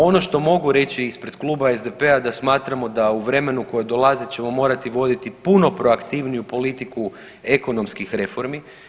Ono što mogu reći ispred Kluba SDP-a da smatramo da u vremenu koje dolazi ćemo morati voditi puno proaktivniju politiku ekonomskih reformi.